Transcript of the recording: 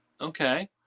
Okay